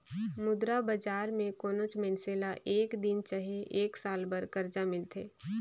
मुद्रा बजार में कोनोच मइनसे ल एक दिन चहे एक साल बर करजा मिलथे